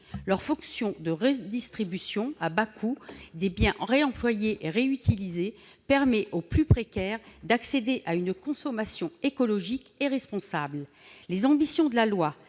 Leur fonction de redistribution à bas coût des biens réemployés et réutilisés permet aux plus précaires d'accéder à une consommation écologique et responsable. Les ambitions de la loi